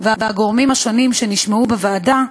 והגורמים השונים שנשמעו בוועדה,